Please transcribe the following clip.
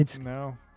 No